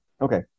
okay